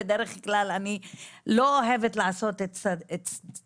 בדרך כלל אני לא אוהבת לעשות צדקות,